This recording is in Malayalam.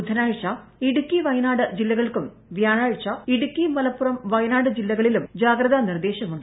ബുധനാഴ്ച ഇടുക്കി വയനാട് ജില്ലകൾക്കും വ്യാഴാഴ്ച ഇടുക്കി മലപ്പുറം വയനാട് ജില്ലകളിലും ജാഗ്രതാ നിർദേശമുണ്ട്